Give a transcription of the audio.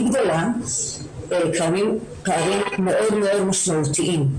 גדולה קיימים פערים מאוד מאוד משמעותיים.